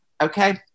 Okay